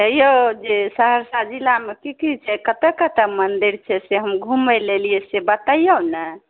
हेऔ जे सहरसा जिलामे कि कि छै कतऽ कतऽ मन्दिर छै से हम घूमैलएऽ एलिए से बतैऔ ने